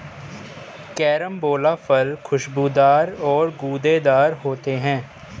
carambola फल खुशबूदार और गूदेदार होते है